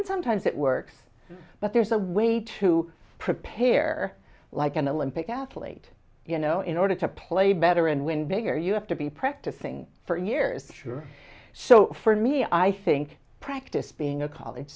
and sometimes it works but there's a way to prepare like an olympic athlete you know in order to play better and win bigger you have to be practicing for years sure so for me i think practice being a college